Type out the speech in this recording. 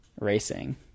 racing